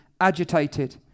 agitated